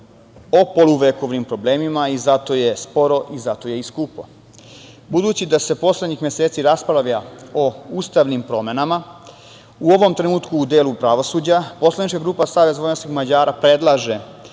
o poluvekovnim problemima i zato je sporo i zato je i skupo. Budući da se poslednjih meseci raspravlja o ustavnim promenama u ovom trenutku u delu pravosuđa poslanička grupa SVM predlaže